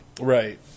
Right